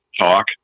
talk